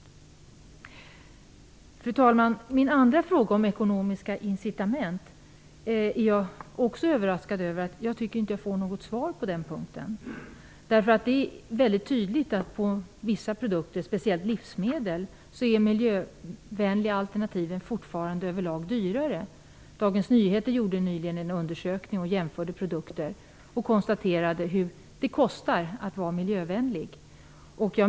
Fru talman! Min andra fråga handlar om ekonomiska incitament. Men jag tycker inte att jag får något svar på den punkten. När det gäller vissa produkter, speciellt livsmedel, är de miljövänliga alternativen fortfarande överlag dyrare. Dagens Nyheter gjorde nyligen en undersökning och jämförde produkter. Man konstaterade då att det kostar att vara miljövänlig.